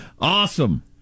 Awesome